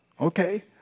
okay